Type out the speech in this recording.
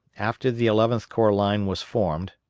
after the eleventh corps line was formed,